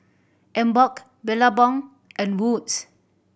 Emborg Billabong and Wood's